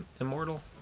immortal